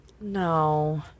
No